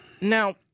Now